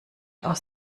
aus